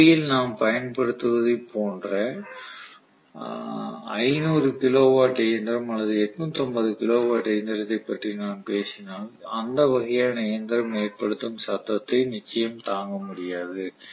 இழுவையில் நாம் பயன்படுத்துவதைப் போன்ற 500 கிலோவாட் இயந்திரம் அல்லது 850 கிலோவாட் இயந்திரத்தைப் பற்றி நான் பேசினால் அந்த வகையான இயந்திரம் ஏற்படுத்தும் சத்தத்தை நிச்சயம் தாங்க முடியாது